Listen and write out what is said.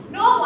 no